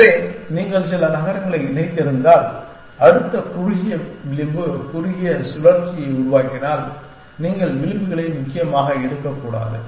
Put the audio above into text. எனவே நீங்கள் சில நகரங்களை இணைத்திருந்தால் அடுத்த குறுகிய விளிம்பு குறுகிய சுழற்சியை உருவாக்கினால் நீங்கள் விளிம்புகளை முக்கியமாக எடுக்கக்கூடாது